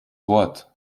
wort